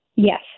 Yes